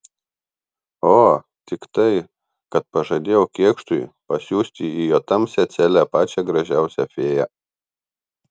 o tik tai kad pažadėjau kėkštui pasiųsti į jo tamsią celę pačią gražiausią fėją